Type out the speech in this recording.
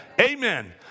Amen